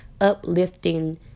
uplifting